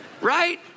Right